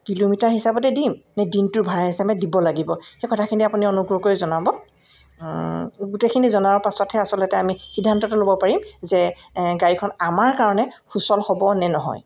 kilometre হিচাপতে দিম নে দিনটোৰ ভাড়া হিচাপে দিব লাগিব সেই কথাখিনি আপুনি অনুগ্ৰহ কৰি জনাব গোটেইখিনি জনাৰ পাছতহে আচলতে আমি সিদ্ধান্তটো ল'ব পাৰিম যে গাড়ীখন আমাৰ কাৰণে সুচল হ'ব নে নহয়